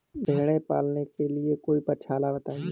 भेड़े पालने से कोई पक्षाला बताएं?